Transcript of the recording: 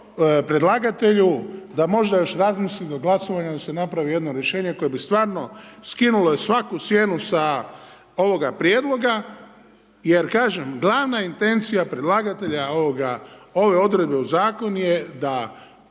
predlagatelju da možda još razmisli do glasovanja, da se napravi jedno rješenje koje bi stvarno skinulo svaku sjenu sa ovoga prijedloga jer kažem, glavna intencija predlagatelja ove odredbe u zakonu je da